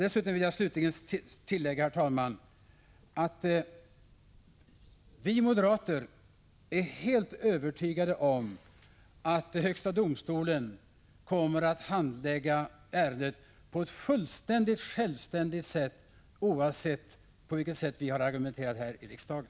Slutligen vill jag tillägga, herr talman, att vi moderater är fullständigt övertygade om att högsta domstolen kommer att handlägga ärendet på ett helt självständigt sätt, oavsett hur vi har argumenterat här i riksdagen.